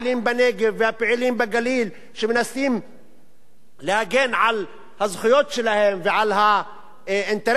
והפעילים בגליל שמנסים להגן על הזכויות שלהם ועל האינטרסים שלהם,